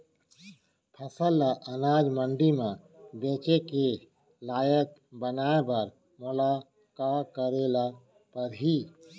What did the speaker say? फसल ल अनाज मंडी म बेचे के लायक बनाय बर मोला का करे ल परही?